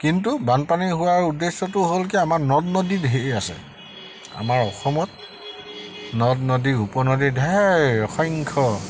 কিন্তু বানপানী হোৱাৰ উদ্দেশ্যটো হ'ল কি আমাৰ নদ নদী ধেৰ আছে আমাৰ অসমত নদ নদী উপনদী ধেৰ অসংখ্য